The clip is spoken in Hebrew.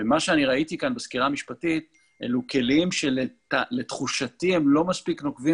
ומה שאני ראיתי בסקירה המשפטית אלה כלים שלתחושתי הם לא מספיק נוקבים